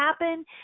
happen